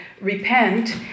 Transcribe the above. repent